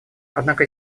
однако